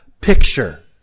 picture